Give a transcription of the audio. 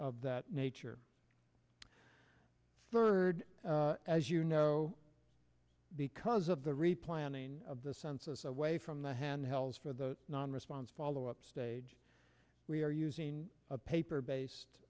of that nature third as you know because of the replanning of the census away from the handhelds for the non response follow up stage we are using paper based